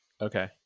Okay